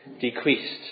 decreased